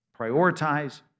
prioritize